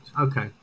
okay